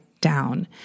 down